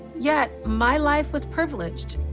yet my life was privileged.